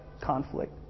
conflict